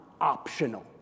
optional